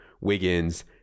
Wiggins